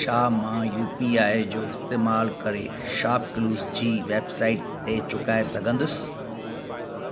छा मां U P I जो इस्तेमालु करे शॉपक्ल्यूस जी वेबसाइट ते चुकाए सघंदुसि